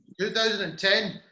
2010